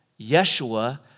Yeshua